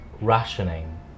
Rationing